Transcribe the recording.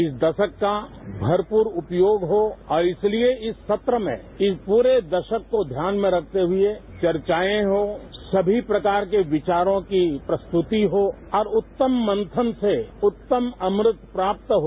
इस दशक का भरपूर उपयोग हो और इसलिए इस सत्र में इस पूरे दशक को ध्यान में रखते हुए वर्चाएं हों सभी प्रकार के विचारों की प्रस्तुति हो और उत्तम मंथन से उत्तम अमृत प्राप्त हो